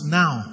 now